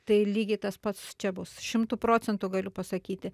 tai lygiai tas pats čia bus šimtu procentų galiu pasakyti